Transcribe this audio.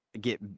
get